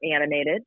animated